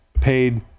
paid